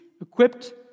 equipped